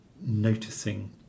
noticing